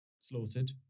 slaughtered